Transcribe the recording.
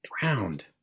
Drowned